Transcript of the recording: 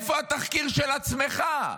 איפה התחקיר של עצמך?